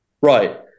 Right